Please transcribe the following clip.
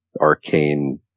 arcane